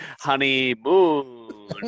Honeymoon